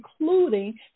including